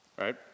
right